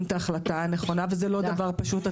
את ההחלטה הנכונה וזה לא דבר פשוט.